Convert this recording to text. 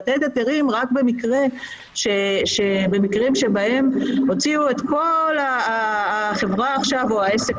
לתת היתרים רק במקרים בהם הוציאו את כל החברה או העסק